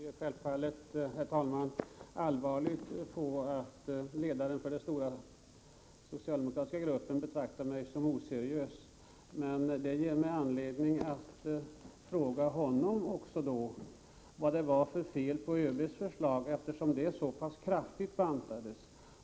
Herr talman! Jag ser självfallet allvarligt på att ledaren för den stora socialdemokratiska gruppen i utskottet betraktar mig som oseriös. Det ger mig anledning att fråga honom vad det var för fel på ÖB:s förslag, eftersom det så pass kraftigt bantades.